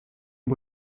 aux